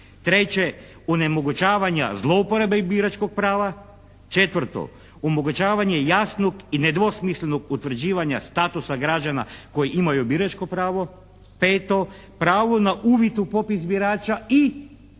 Treće, onemogućavanja zlouporabe biračkog prava. Četvrto, omogućavanje jasnog i nedvosmislenog utvrđivanja statusa građana koji imaju biračko pravo. Peto, pravo na uvid u popis birača i